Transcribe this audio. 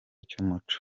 cy’umuco